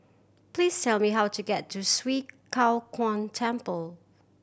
please tell me how to get to Swee Kow Kuan Temple